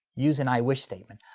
use an i wish statement.